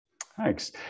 Thanks